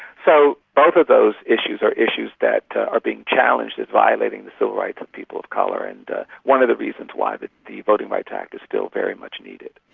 so both of those issues are issues that are being challenged as violating the civil rights of people of colour, and one of the reasons why but the voting rights act is still very much needed.